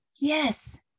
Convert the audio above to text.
Yes